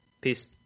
Peace